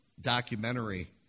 documentary